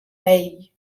ell